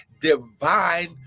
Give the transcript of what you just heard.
divine